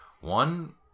one